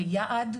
ויעד,